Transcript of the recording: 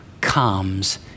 comes